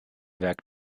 werk